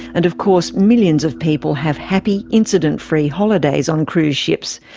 and of course millions of people have happy, incident-free holidays on cruise ships.